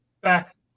back